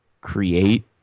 create